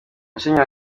yashimye